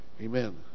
Amen